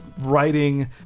writing